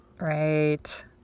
Right